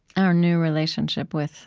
our new relationship with